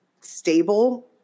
stable